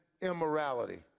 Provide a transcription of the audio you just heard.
immorality